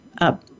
up